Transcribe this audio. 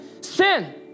sin